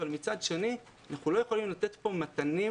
אבל מצד שני אנחנו לא יכולים לתת כאן מתנים